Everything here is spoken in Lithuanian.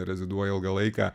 reziduoja ilgą laiką